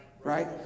Right